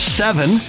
seven